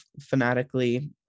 fanatically